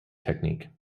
technique